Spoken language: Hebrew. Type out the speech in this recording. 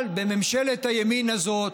אבל בממשלת הימין הזאת,